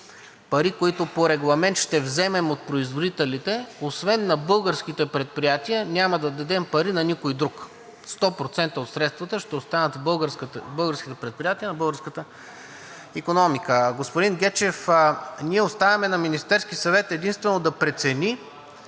пари, които по Регламент ще вземем от производителите, освен на българските предприятия, няма да дадем пари на никой друг. 100% от средствата ще останат в българските предприятия, в българската икономика. Господин Гечев, ние оставяме на Министерския съвет единствено да прецени